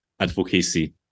advocacy